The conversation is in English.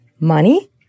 Money